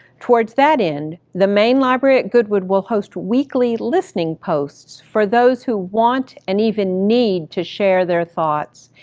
towards that end, the main library at goodwood will host weekly listening posts for those who want and even need to share their thoughts.